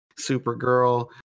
Supergirl